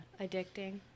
Addicting